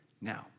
Now